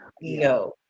No